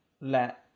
let